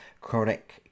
Chronic